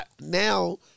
now